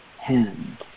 hand